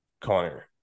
Connor